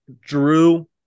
Drew